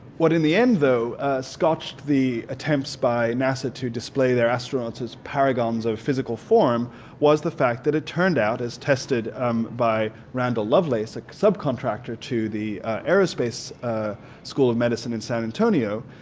what in the end though scotched the attempts by nasa to display their astronauts as paragons of physical form was the fact that it turned out as tested um by randall lovelace, a subcontractor to the aerospace school of medicine in san antonio,